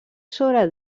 sobre